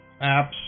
apps